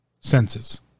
senses